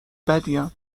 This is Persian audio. بدیم